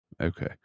Okay